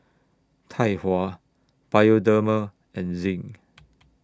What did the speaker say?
Tai Hua Bioderma and Zinc